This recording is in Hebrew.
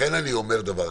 יאיר,